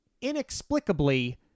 inexplicably